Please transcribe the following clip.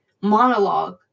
monologue